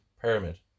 pyramid